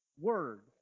word